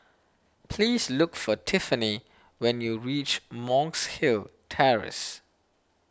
please look for Tiffany when you reach Monk's Hill Terrace